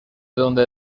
donde